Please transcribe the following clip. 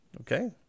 Okay